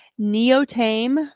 Neotame